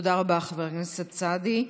תודה רבה, חבר הכנסת סעדי.